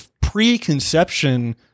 preconception